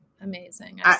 amazing